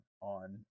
on